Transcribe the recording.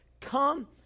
come